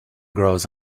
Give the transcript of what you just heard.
grows